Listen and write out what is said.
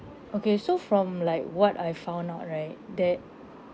okay so from like what I found out right that